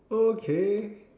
okay